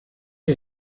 you